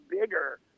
bigger